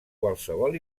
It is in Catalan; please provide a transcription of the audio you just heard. qualsevol